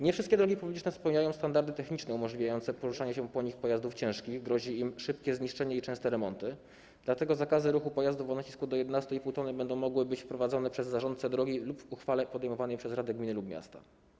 Nie wszystkie drogi publiczne spełniają standardy techniczne umożliwiające poruszanie się po nich pojazdów ciężkich, grozi im szybkie zniszczenie i częste remonty, dlatego zakazy ruchu pojazdów o nacisku do 11,5 t będą mogły być wprowadzone przez zarządcę drogi lub w uchwale podejmowanej przez radę gminy lub miasta.